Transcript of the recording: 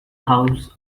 house